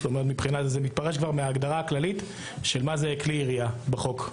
זה מתפרש כבר מההגדרה הכללית של מה זה כלי ירייה בחוק.